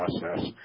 process